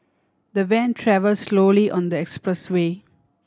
the van travel slowly on the expressway